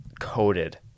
coated